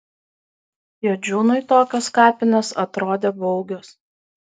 juodžiūnui tokios kapinės atrodė baugios